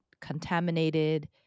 contaminated